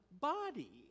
body